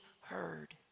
heard